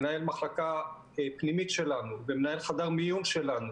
מנהל מחלקה פנימית שלנו ומנהל חדר מיון שלנו,